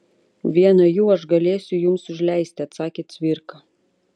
vieną jų aš galėsiu jums užleisti atsakė cvirka